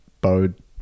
bode